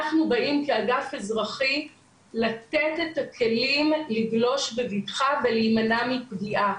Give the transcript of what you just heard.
אנחנו באים כאגף אזרחי לתת את הכלים לגלוש בבטחה ולהימנע מפגיעה,